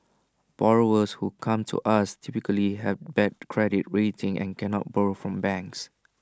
borrowers who come to us typically have bad credit rating and cannot borrow from banks